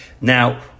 Now